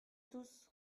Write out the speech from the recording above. tous